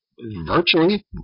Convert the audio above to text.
virtually